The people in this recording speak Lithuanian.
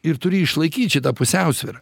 ir turi išlaikyt šitą pusiausvyrą